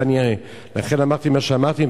לכן אמרתי מה שאמרתי.